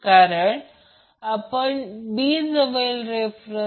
तर IL magnitude 12 ampere आहे